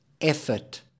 effort